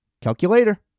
Calculator